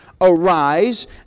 Arise